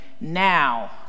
now